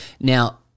Now